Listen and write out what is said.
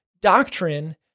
Doctrine